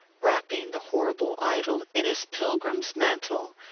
wrapping the horrible idol in his pilgrim's mantle,